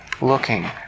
looking